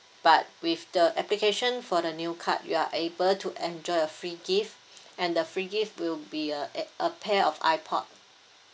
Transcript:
but with the application for the new card you are able to enjoy a free gift and the free gift will be a a a pair of ipod